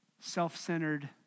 self-centered